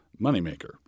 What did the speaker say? moneymaker